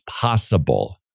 possible